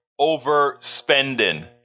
overspending